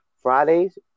Fridays